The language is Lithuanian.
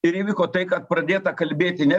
ir įvyko tai kad pradėta kalbėti ne